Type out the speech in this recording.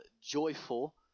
Joyful